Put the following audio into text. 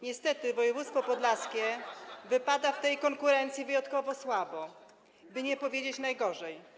Niestety, województwo podlaskie wypada w tej konkurencji wyjątkowo słabo, by nie powiedzieć: najgorzej.